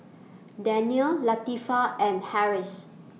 Danial Latifa and Harris